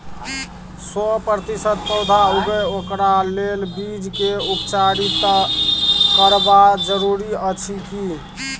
सौ प्रतिसत पौधा उगे ओकरा लेल बीज के उपचारित करबा जरूरी अछि की?